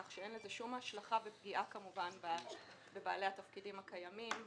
כך שאין לזה שום השלכה ופגיעה כמובן בבעלי התפקידים הקיימים,